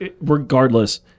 regardless